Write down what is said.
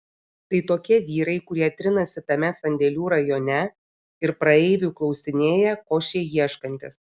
tai tokie vyrai kurie trinasi tame sandėlių rajone ir praeivių klausinėja ko šie ieškantys